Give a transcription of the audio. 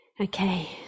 Okay